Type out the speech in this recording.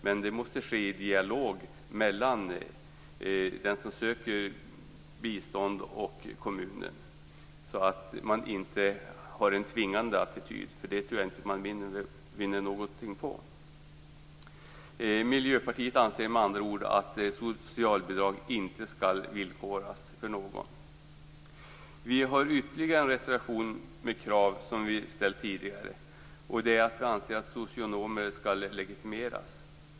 Men det måste ske i dialog mellan den som söker bistånd och kommunen. Man skall inte ha en tvingande attityd, för det tror jag inte att man vinner något på. Miljöpartiet anser med andra ord att socialbidrag inte skall villkoras för någon. Vi har ytterligare en reservation med krav som vi har ställt tidigare. Det gäller att vi anser att socionomer skall legitimeras.